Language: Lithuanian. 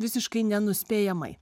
visiškai nenuspėjamai